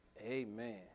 Amen